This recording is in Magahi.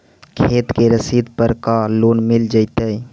खेत के रसिद पर का लोन मिल जइतै?